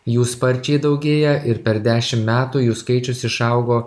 jų sparčiai daugėja ir per dešimt metų jų skaičius išaugo